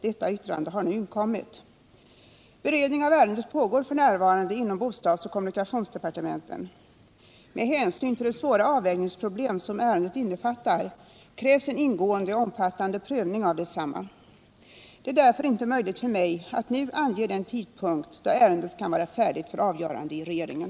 Detta yttrande har nu inkommit. Beredning av ärendet pågår f. n. inom bostadsoch kommunikationsdepartementen. Med hänsyn till de svåra avvägningsproblem som ärendet innefattar krävs en ingående och omfattande prövning av detsamma. Det är därför inte möjligt för mig att nu ange den tidpunkt då ärendet kan vara färdigt för avgörande i regeringen.